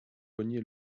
cogné